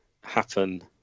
happen